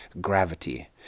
gravity